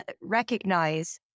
recognize